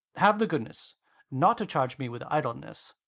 have the goodness not to charge me with idleness.